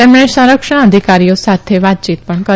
તેમણે સંરક્ષણ અધિકારીઓ સાથે વાતયીત પણ કરી